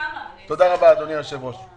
תודה רבה, אדוני היושב-ראש.